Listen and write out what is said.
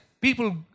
people